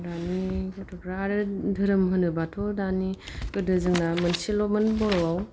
दानि गथ'फ्रा आरो धोरोम होनोबाथ' दानि गोदो जोंना मोनसेल'मोन बर'आव